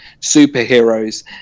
superheroes